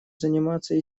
заниматься